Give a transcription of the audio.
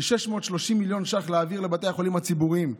להעביר כ-630 מיליון ש"ח לבתי החולים הציבוריים.